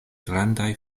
grandaj